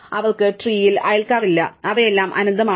അതിനാൽ അവർക്ക് ട്രീൽ അയൽക്കാർ ഇല്ല അവയെല്ലാം അനന്തമാണ്